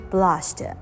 Blushed